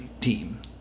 team